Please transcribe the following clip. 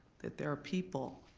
that there are people